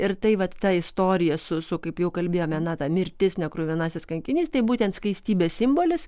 ir tai vat ta istorija su su kaip jau kalbėjome na ta mirtis nekruvinasis kankinys tai būtent skaistybės simbolis